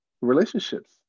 relationships